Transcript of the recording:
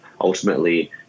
ultimately